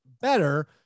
better